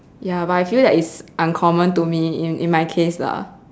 ya but I feel like it's uncommon to me in in in my case lah